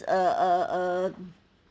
uh uh uh